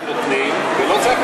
מקרים חריגים נותנים ולא צריך,